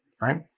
right